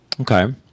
Okay